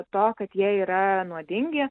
to kad jie yra nuodingi